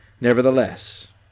nevertheless